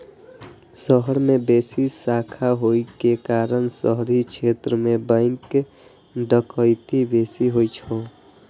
शहर मे बेसी शाखा होइ के कारण शहरी क्षेत्र मे बैंक डकैती बेसी होइ छै